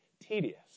tedious